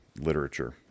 literature